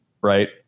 Right